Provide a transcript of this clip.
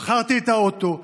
מכרתי את האוטו,